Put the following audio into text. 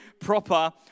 proper